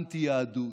אנטי-יהדות.